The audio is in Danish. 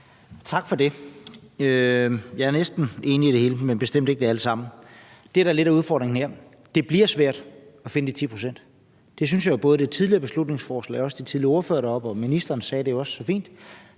Tak for det. Jeg er næsten enig i det hele, men ikke i det alt sammen. Det, der lidt er udfordringen her, er, at det bliver svært at finde de 10 pct. Det synes jeg jo både det tidligere beslutningsforslag og også de tidligere ordførere og ministeren sagde så fint.